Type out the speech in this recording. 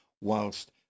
whilst